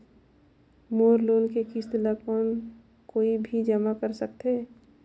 मोर loan के किस्त ल कौन कोई भी जमा कर सकथे?